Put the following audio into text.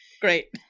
Great